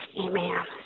Amen